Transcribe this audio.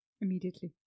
Immediately